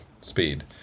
speed